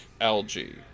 algae